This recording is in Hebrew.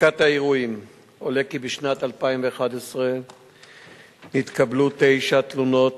מבדיקת האירועים עולה כי בשנת 2011 התקבלו תשע תלונות,